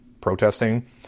protesting